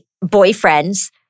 boyfriend's